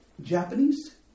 Japanese